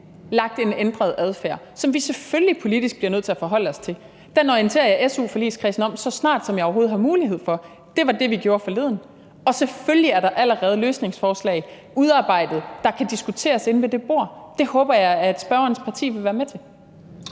lagt en ændret adfærd, som vi selvfølgelig politisk bliver nødt til at forholde os til. Den orienterer jeg su-forligskredsen om, så snart som jeg overhovedet har mulighed for det. Det var det, vi gjorde forleden. Selvfølgelig er der allerede løsningsforslag udarbejdet, der kan diskuteres inde ved det bord. Det håber jeg at spørgerens parti vil være med til.